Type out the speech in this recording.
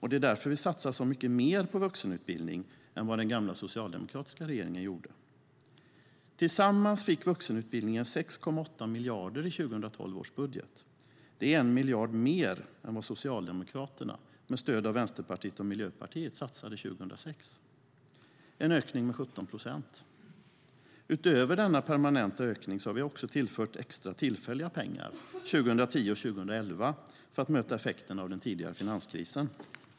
Det är därför vi satsar så mycket mer på vuxenutbildning än vad den gamla socialdemokratiska regeringen gjorde. Tillsammans fick vuxenutbildningen 6,8 miljarder i 2012 års budget. Det är 1 miljard mer än vad Socialdemokraterna med stöd av Vänsterpartiet och Miljöpartiet satsade 2006 - en ökning med 17 procent. Utöver denna permanenta ökning har vi tillfört extra tillfälliga pengar 2010 och 2011 för att möta effekterna av den tidigare finanskrisen.